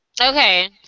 Okay